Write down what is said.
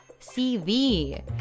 cv